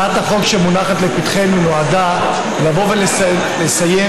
הצעת החוק שמונחת לפתחנו נועדה לבוא ולסיים